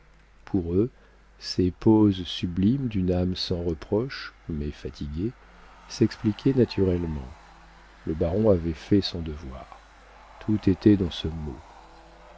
pour eux ces pauses sublimes d'une âme sans reproche mais fatiguée s'expliquaient naturellement le baron avait fait son devoir tout était dans ce mot